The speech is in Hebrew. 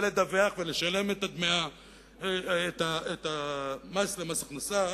ולדווח ולשלם את המס למס הכנסה,